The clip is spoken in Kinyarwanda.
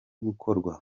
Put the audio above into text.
gukorwa